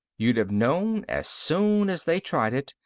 you'd have known, as soon as they tried it,